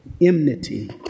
enmity